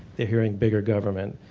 they are hearing bigger government,